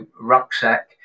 rucksack